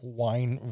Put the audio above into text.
wine